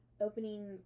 opening